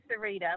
Sarita